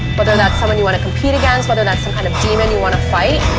but that's someone you want to compete against, whether that's some kind of demon you want to fight.